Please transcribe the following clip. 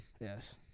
Yes